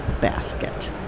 basket